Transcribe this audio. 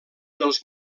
dels